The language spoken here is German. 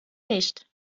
nicht